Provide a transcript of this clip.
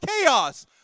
chaos